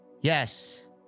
Yes